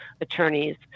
attorneys